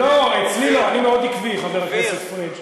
לא, אצלי לא, אני מאוד עקבי, חבר הכנסת פריג'.